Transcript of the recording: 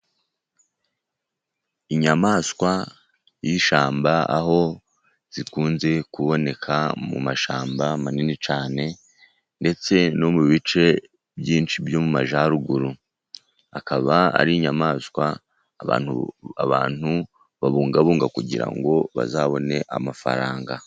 Inyamaswa y'ishyamba aho zikunze kuboneka mu mashyamba manini cyane ndetse no mu bice byinshi byo mu Majyaruguru akaba ari inyamaswa abantu babungabunga kugira ngo bazabone amafaranga.